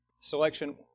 selection